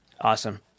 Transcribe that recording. awesome